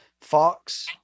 fox